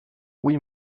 oui